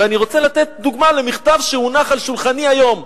ואני רוצה לתת דוגמה ממכתב שהונח על שולחני היום.